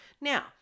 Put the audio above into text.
Now